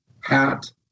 hat